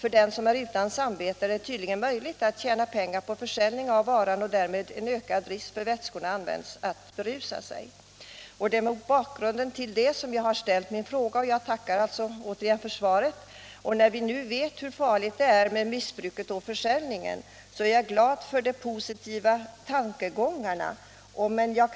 För den som är utan samvete är det tydligen möjligt att tjäna pengar på försäljning av denna vara och därmed finns ökad risk att vätskorna används av människor som vill berusa sig. Det är mot bakgrunden av det jag nu sagt som jag ställt min fråga och jag tackar åter för svaret. Vi vet ju hur allvarligt det är med missbruket och försäljningen, och jag är glad för de positiva tankegångarna i svaret.